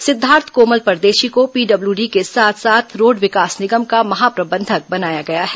सिद्वार्थ कोमल परदेशी को पीडब्ल्यूडी के साथ साथ रोड विकास निगम का महाप्रबंधक बनाया गया है